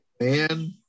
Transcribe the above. man